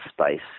space